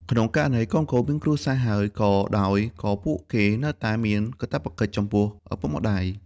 ក្នុងករណីកូនៗមានគ្រួសារហើយក៏ដោយ ក៏ពួកគេនៅតែមានកាតព្វកិច្ចចំពោះឪពុកម្តាយ។